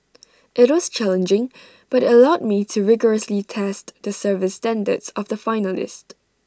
IT was challenging but allowed me to rigorously test the service standards of the finalist